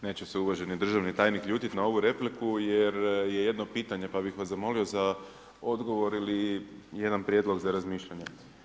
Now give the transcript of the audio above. Neće se uvaženi državni tajnik ljutiti na ovu repliku jer je jedno pitanje pa bih vas zamolio za odgovor ili jedan prijedlog za razmišljanje.